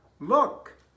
Look